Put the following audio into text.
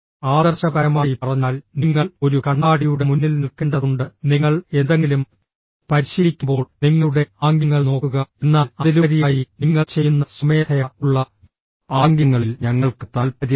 ആദർശപരമായി പറഞ്ഞാൽ നിങ്ങൾ ഒരു കണ്ണാടിയുടെ മുന്നിൽ നിൽക്കേണ്ടതുണ്ട് നിങ്ങൾ എന്തെങ്കിലും പരിശീലിക്കുമ്പോൾ നിങ്ങളുടെ ആംഗ്യങ്ങൾ നോക്കുക എന്നാൽ അതിലുപരിയായി നിങ്ങൾ ചെയ്യുന്ന സ്വമേധയാ ഉള്ള ആംഗ്യങ്ങളിൽ ഞങ്ങൾക്ക് താൽപ്പര്യമുണ്ട്